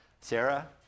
Sarah